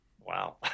wow